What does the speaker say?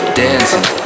dancing